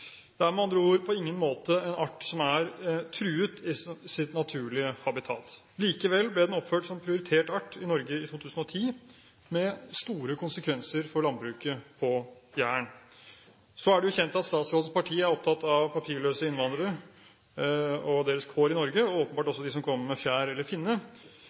Det er med andre ord på ingen måte en art som er truet i sitt naturlige habitat. Likevel ble den oppført som prioritert art i Norge i 2010, med store konsekvenser for landbruket på Jæren. Så er det jo kjent at statsrådens parti er opptatt av papirløse innvandrere og deres kår i Norge, og åpenbart også av dem som kommer med fjær eller finne.